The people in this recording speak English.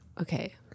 Okay